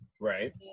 Right